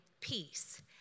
peace